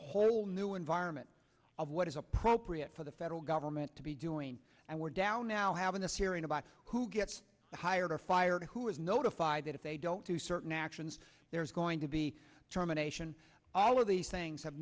whole new environment of what is appropriate for the federal government to be doing and we're down now having this hearing about who gets hired or fired who was notified that if they don't do certain actions there's going to be determination all of these things have